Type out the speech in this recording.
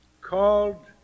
called